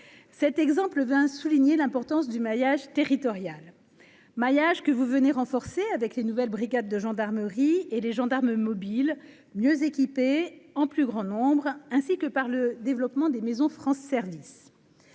cet exemple ben souligné l'importance du maillage territorial maillage que vous venez renforcer avec les nouvelles brigades de gendarmerie et les gendarmes mobiles, mieux équipées en plus grand nombre, ainsi que par le développement des maisons France service